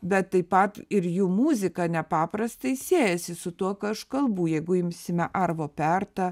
bet taip pat ir jų muzika nepaprastai siejasi su tuo ką aš kalbu jeigu imsime arvo pertą